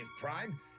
Prime